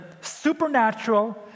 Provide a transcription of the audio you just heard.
supernatural